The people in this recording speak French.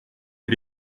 est